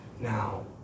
Now